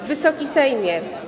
Wysoki Sejmie!